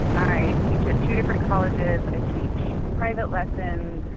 i teach at two different colleges. i teach private lessons.